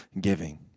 giving